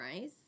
rice